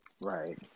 Right